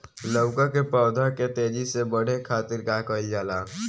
लउका के पौधा के तेजी से बढ़े खातीर का कइल जाला?